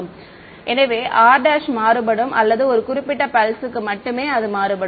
மாணவர் எனவே r' மாறுபடும் அல்லது ஒரு குறிப்பிட்ட பல்ஸ்க்கு மட்டுமே அது மாறுபடும்